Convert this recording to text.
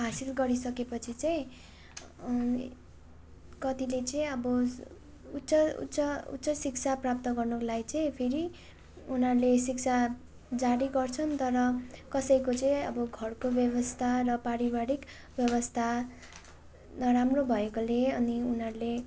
हासिल गरिसकेपछि चाहिँ कतिले चाहिँ अब उच उच्च उच्च शिक्षा प्राप्त गर्नको लागि चाहिँ फेरि उनीहरूले शिक्षा जारी गर्छन् तर कसैको चाहिँ अब घरको व्यवस्था र पारिवारिक व्यवस्था नराम्रो भएकोले अनि उनीहरूले